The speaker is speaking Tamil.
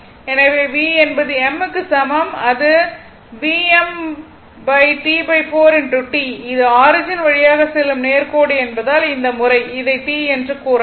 எனவே v என்பது m க்கு சமம் அதுஇது ஆரிஜின் வழியாக செல்லும் நேர் கோடு என்பதால் இந்த முறை இதை T என்று கூறலாம்